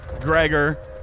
Gregor